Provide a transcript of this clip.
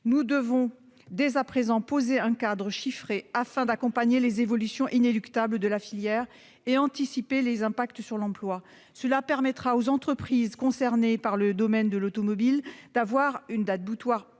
Nous devons dès à présent poser un cadre chiffré, afin d'accompagner les évolutions inéluctables de la filière et d'anticiper les impacts sur l'emploi. Ainsi, les entreprises concernées par le domaine de l'automobile disposeront d'une date butoir précise,